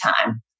time